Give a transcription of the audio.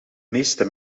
meeste